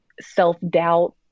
self-doubt